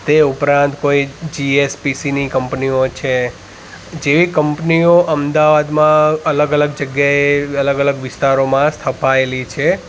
તે ઉપરાંત કોઈ જીએસપીસીની કંપનીઓ છે જે કંપનીઓ અમદાવાદમાં અલગ અલગ જગ્યાએ અલગ અલગ વિસ્તારોમાં સ્થપાઈ છે